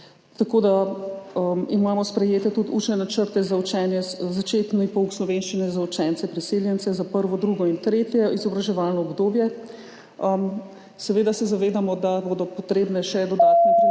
programa. Imamo sprejete tudi učne načrte za začetni pouk slovenščine za učence priseljence za prvo, drugo in tretje izobraževalno obdobje. Seveda se zavedamo, da bodo potrebne še dodatne prilagoditve